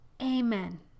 Amen